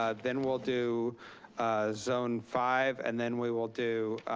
ah then we'll do zone five and then we will do